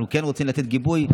אנחנו כן רוצים לתת גיבוי,